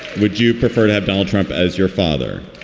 would you prefer to have donald trump as your father?